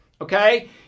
Okay